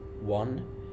One